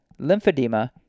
lymphedema